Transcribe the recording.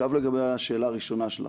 לגבי השאלה הראשונה שלך,